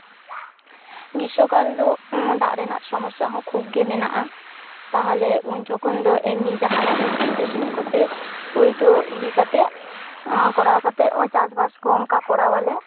ᱜᱨᱤᱥᱥᱚ ᱠᱟᱞ ᱫᱚ ᱫᱟᱜ ᱨᱮᱱᱟᱜ ᱥᱚᱢᱟᱥᱥᱟ ᱦᱚᱸ ᱠᱷᱩᱵᱽ ᱜᱮ ᱢᱮᱱᱟᱜᱼᱟ ᱛᱟᱦᱚᱞᱮ ᱩᱱ ᱡᱚᱠᱷᱚᱱ ᱫᱚ ᱮᱢᱱᱤ ᱡᱟᱦᱟᱱᱟᱜ ᱢᱮᱥᱤᱱ ᱴᱮᱥᱤᱱ ᱠᱚᱛᱮ ᱦᱳᱭᱛᱳ ᱤᱭᱟᱹ ᱠᱟᱛᱮ ᱠᱚᱨᱟᱣ ᱠᱟᱛᱮ ᱪᱟᱥᱼᱵᱟᱥ ᱠᱚ ᱚᱱᱠᱟ ᱠᱚᱨᱟᱣᱟᱞᱮ